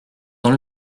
dans